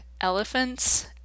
elephants